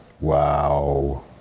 wow